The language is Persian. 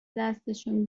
دستشون